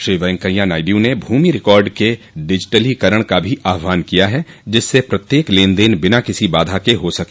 श्री वेंकैया नायडू ने भूमि रिकॉर्ड के डिजिटलीकरण का भी आह्वान किया है जिससे प्रत्येक लेन देन बिना किसी बाधा के हो सके